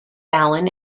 allen